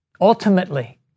Ultimately